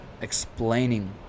explaining